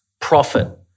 profit